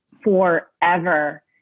forever